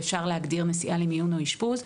ואפשר להגדיר נסיעה למיון או אשפוז,